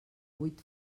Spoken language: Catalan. vuit